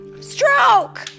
stroke